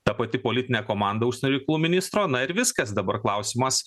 ta pati politinė komanda užsienio reikalų ministro na ir viskas dabar klausimas